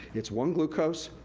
it's one glucose,